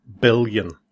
billion